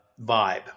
vibe